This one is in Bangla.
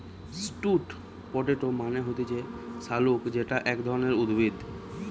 স্যুট পটেটো মানে হচ্ছে শাকালু যেটা এক ধরণের উদ্ভিদ